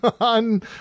on